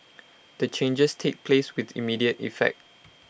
the changes take place with immediate effect